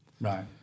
Right